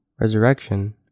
resurrection